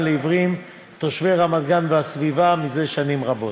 לעיוורים תושבי רמת-גן והסביבה זה שנים רבות.